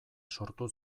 sortu